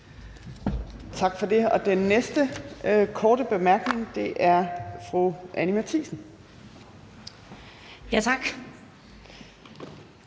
Tak for det. Den næste korte bemærkning er fra fru Anni Matthiesen. Kl.